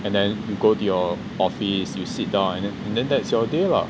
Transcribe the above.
and then you go to your office you sit down and then that's your day lah